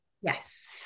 Yes